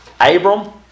Abram